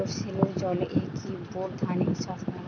সেলোর জলে কি বোর ধানের চাষ ভালো?